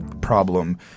problem